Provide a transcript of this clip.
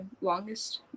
longest